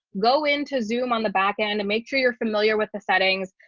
go into zoom on the back end and make sure you're familiar with the settings.